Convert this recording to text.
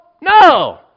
No